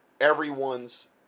everyone's